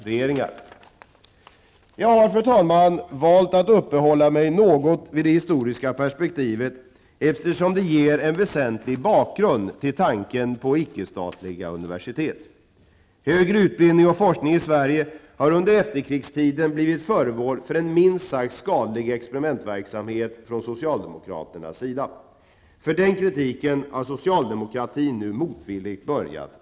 Högskolans nuvarande centralt fastställda linjesystem upphör och ersätts av en ordning som beslutas lokalt. En översyn av bestämmelserna i högskolelagen och högskoleförordningen pågår inom utbildningsdepartementet med syfte att åstadkomma centrala regleringar som inskränker sig till endast det allra väsentligaste.